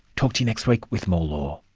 talk to you next week with more law